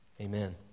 Amen